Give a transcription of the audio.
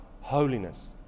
holiness